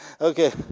Okay